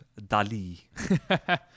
Dali